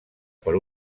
per